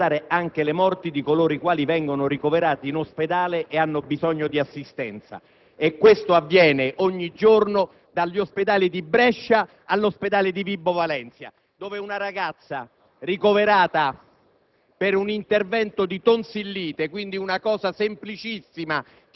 infatti, delle morti sui luoghi di lavoro, ma dobbiamo ricordare anche le morti di coloro che vengono ricoverati in ospedale e hanno bisogno di assistenza. Ciò avviene ogni giorno, dagli ospedali di Brescia a quello di Vibo Valentia, dove una ragazza, ricoverata